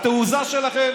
התעוזה שלכם